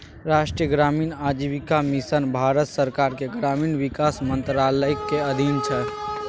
राष्ट्रीय ग्रामीण आजीविका मिशन भारत सरकारक ग्रामीण विकास मंत्रालयक अधीन छै